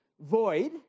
void